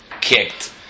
kicked